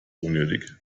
unnötig